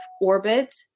orbit